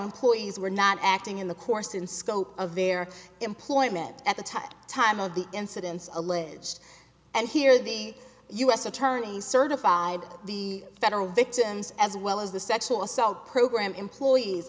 employees were not acting in the course and scope of their employment at the time time of the incidents alleged and here the u s attorney certified the federal victims as well as the sexual assault program employees